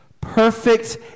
perfect